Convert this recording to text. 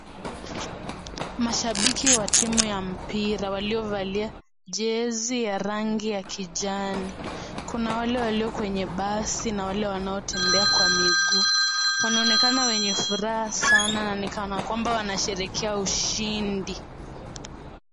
Mashabiki wa timu ya mpira waliovalia jezi ya rangi ya kijani, kuna wale walio kweye basi na wale wanaotembea kwa miguu. Wanaonekana wenye furaha sana na ni kana kwamba wanasherehekea ushindi.